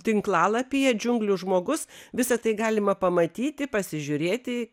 tinklalapyje džiunglių žmogus visa tai galima pamatyti pasižiūrėti